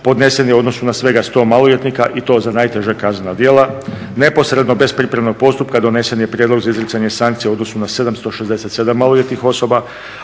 podnesen je u odnosu na svega 100 maloljetnika i to za najteža kaznena djela. Neposredno bez pripremnog postupka donesen je prijedlog za izricanje sankcija u odnosu na 767 maloljetnih osoba,